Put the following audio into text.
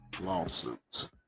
lawsuits